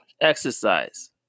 exercise